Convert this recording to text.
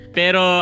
pero